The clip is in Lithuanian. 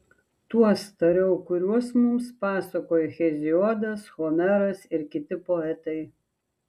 tuos tariau kuriuos mums pasakojo heziodas homeras ir kiti poetai